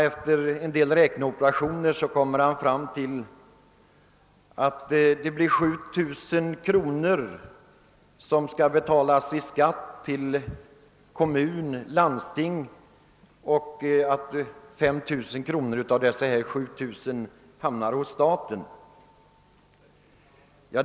Efter en del räkneoperationer kommer han fråm till att av denna lön skall 7 000 kr. betalas i skatt till kommun och landsting och att 5 000 kr. av denna summa hamnar hos staten.